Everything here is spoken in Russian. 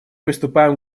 приступаем